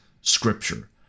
Scripture